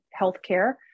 healthcare